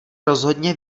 rozhodně